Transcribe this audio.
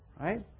right